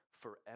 forever